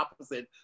opposite